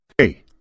Hey